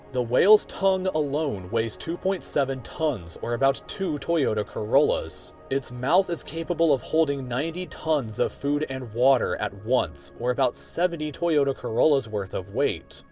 the whale's tongue alone, weighs two point seven tons or about two toyota corollas, its mouth is capable of holding ninety tons of food and water at once, or about seventy toyota corollas worth of weight.